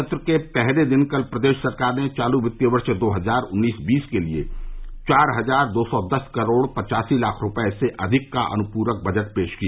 सत्र के पहले दिन कल प्रदेश सरकार ने चालू वित्तीय वर्ष दो हजार उन्नीस बीस के लिये चार हजार दो सौ दस करोड़ पच्चासी लाख रूपये से अधिक का अनुपूरक बजट पेश किया